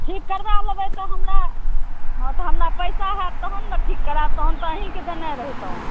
ठीक करबा लेबै तऽ हमरा हँ तऽ हमरा पैसा हैत तहन ने ठीक कराएब तहन तऽ अहीँके देने रहितहुँ